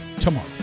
tomorrow